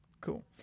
Cool